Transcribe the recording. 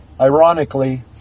ironically